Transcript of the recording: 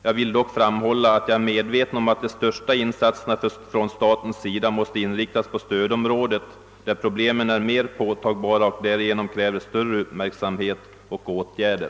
Jag är dock medveten om att de största statliga insatserna måste inriktas på stödområdet, där problemen är mer påtagbara och därigenom kräver större uppmärksamhet och kraftigare åtgärder.